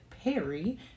Perry